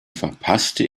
verpasste